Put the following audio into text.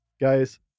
Guys